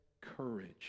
courage